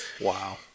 Wow